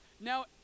Now